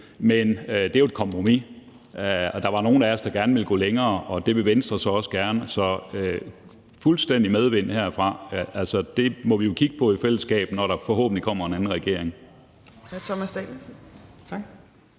men det er jo et kompromis – og der var nogle af os, der gerne ville gå længere, og det vil Venstre så også gerne. Så der er fuldstændig medvind herfra. Altså, det må vi jo kigge på i fællesskab, når der forhåbentlig kommer en anden regering.